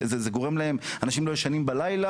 אנשים לא ישנים בלילה,